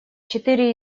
четыре